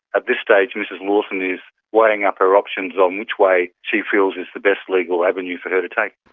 at this stage mrs lawson is weighing up her options on which way she feels is the best legal avenue for her to take.